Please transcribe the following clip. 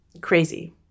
crazy